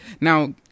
Now